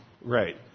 Right